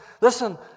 Listen